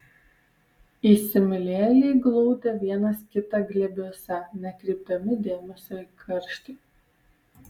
įsimylėjėliai glaudė vienas kitą glėbiuose nekreipdami dėmesio į karštį